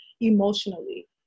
emotionally